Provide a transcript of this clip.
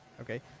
okay